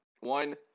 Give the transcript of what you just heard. one